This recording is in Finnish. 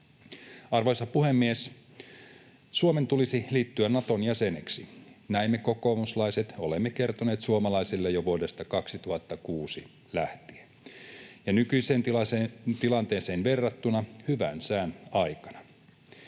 Arvoisa puhemies! Suomen tulisi liittyä Naton jäseneksi — näin me kokoomuslaiset olemme kertoneet suomalaisille jo vuodesta 2006 lähtien ja nykyiseen tilanteeseen verrattuna hyvän sään aikana.